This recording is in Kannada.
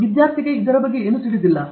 ಈ ಹುಡುಗನಿಗೆ ಅದರ ಬಗ್ಗೆ ಏನೂ ತಿಳಿದಿಲ್ಲ